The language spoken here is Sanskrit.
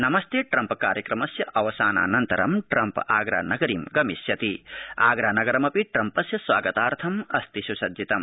नमस्ते ट्रम्प कार्यक्रमस्य अवसानानन्तरं ट्रम्प आगरानगरीं गमिष्यति आगरा नगरमपि ट्रम्पस्य स्वागतार्थमस्ति स्सज्जितम्